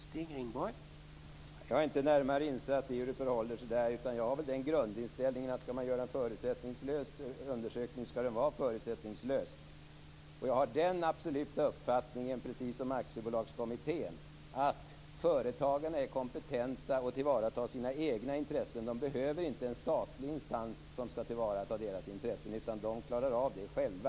Herr talman! Jag är inte närmare insatt i hur det förhåller sig där, utan jag har den grundinställningen att skall man göra en förutsättningslös undersökning skall den vara förutsättningslös. Jag har den absoluta uppfattningen, precis som Aktiebolagskommittén, att företagen är kompetenta att tillvarata sina egna intressen. De behöver inte en statlig instans som skall tillvarata deras intressen, utan de klarar av det själva.